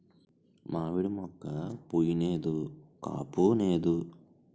మావిడి మోక్క పుయ్ నేదు కాపూనేదు